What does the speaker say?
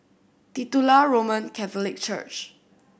Titular Roman Catholic Church